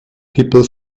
people